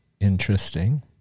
Interesting